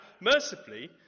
mercifully